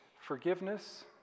Forgiveness